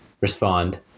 respond